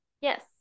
Yes